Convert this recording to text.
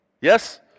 Yes